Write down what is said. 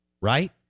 right